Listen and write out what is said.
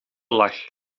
lach